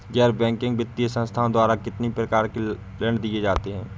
गैर बैंकिंग वित्तीय संस्थाओं द्वारा कितनी प्रकार के ऋण दिए जाते हैं?